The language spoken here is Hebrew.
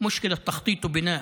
לבעיה של תכנון ובנייה,)